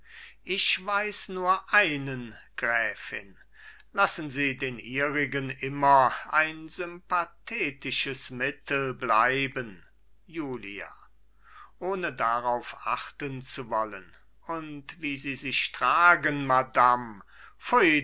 ich weiß nur einen gräfin lassen sie den ihrigen immer ein sympathetisches mittel bleiben julia ohne darauf achten zu wollen und wie sie sich tragen madam